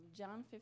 John